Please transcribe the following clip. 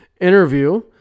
interview